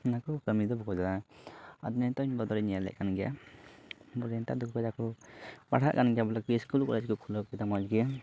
ᱚᱱᱟ ᱠᱚ ᱠᱟᱹᱢᱤ ᱫᱚ ᱵᱟᱚ ᱪᱟᱞᱟᱜᱼᱟ ᱟᱫᱚ ᱱᱤᱛᱚᱜ ᱵᱚᱫᱚᱞᱤᱧ ᱧᱮᱞᱮᱫ ᱠᱟᱱ ᱜᱮᱭᱟ ᱵᱚᱞᱮ ᱱᱮᱛᱟᱨ ᱫᱚ ᱠᱟᱡᱟᱠ ᱠᱚ ᱯᱟᱲᱦᱟᱜ ᱠᱟᱱ ᱜᱮᱭᱟ ᱵᱚᱞᱮ ᱥᱠᱩᱞ ᱠᱚᱞᱮᱡᱽ ᱠᱚ ᱠᱷᱩᱞᱟᱹᱣ ᱠᱮᱫᱟ ᱢᱚᱡᱽ ᱜᱮ